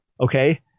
okay